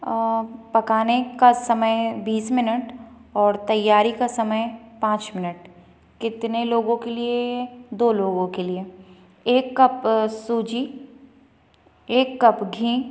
पकाने का समय बीस मिनट और तैयारी का समय पाँच मिनट कितने लोगों के लिए दो लोगों के लिए एक कप सूजी एक कप घी